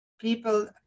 people